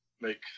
make